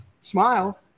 Smile